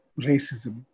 racism